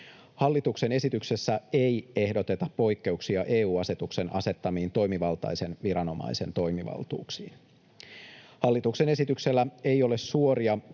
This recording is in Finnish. Hallituksen esityksessä ei ehdoteta poikkeuksia EU-asetuksen asettamiin toimivaltaisen viranomaisen toimivaltuuksiin. Hallituksen esityksellä ei ole suoria